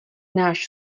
náš